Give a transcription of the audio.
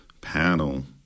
paddle